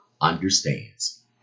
understands